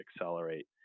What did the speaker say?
accelerate